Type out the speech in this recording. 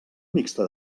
mixta